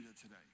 today